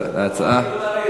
ההצעה להעביר